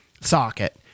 socket